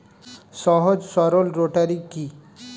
সহজ সরল রোটারি কি?